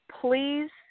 please